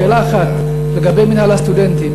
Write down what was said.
שאלה אחת, לגבי מינהל הסטודנטים,